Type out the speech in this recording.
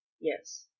Yes